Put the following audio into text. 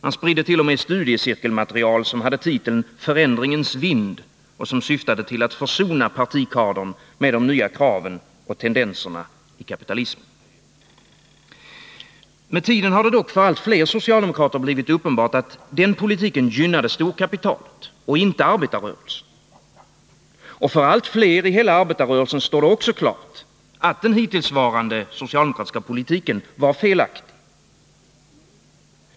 Man spridde t.o.m. studiecirkelmaterial som hade titeln Förändringens vind och som syftade till att försona partikadern med de nya kraven och tendenserna i kapitalismen. Med tiden har det dock för allt fler socialdemokrater blivit uppenbart att denna politik gynnade storkapitalet och inte arbetarrörelsen. För allt fler i hela arbetarrörelsen står det också klart att den hittillsvarande socialdemokratiska politiken varit felaktig.